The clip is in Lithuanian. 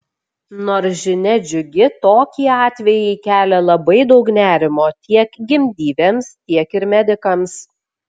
nors žinia džiugi tokie atvejai kelia labai daug nerimo tiek gimdyvėms tiek ir medikams